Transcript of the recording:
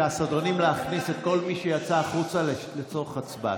סדרנים, להכניס את כל מי שיצא החוצה לצורך הצבעה.